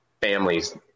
families